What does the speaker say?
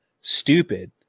stupid